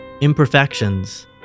imperfections